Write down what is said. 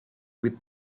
with